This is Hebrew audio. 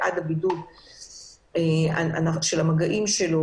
של המגעים שלו